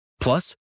Plus